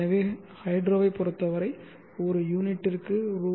எனவே ஹைட்ரோவைப் பொறுத்தவரை ஒரு யூனிட்டுக்கு ரூ